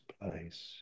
place